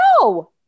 No